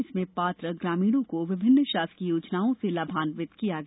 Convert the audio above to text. इसमें पात्र ग्रामीणों को विभिन्न शासकीय योजनाओं से लाभान्वित किया गया